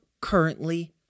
currently